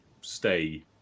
stay